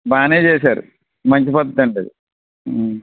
బాగానే చేశారు మంచి పద్ధతి అండి అది